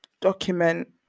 document